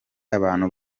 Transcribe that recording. abantu